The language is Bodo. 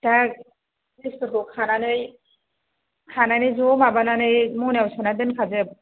दा जिनिसफोरखौ खानानै खानानै ज' माबानानै मनायाव सोना दोनखाजोब